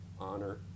honor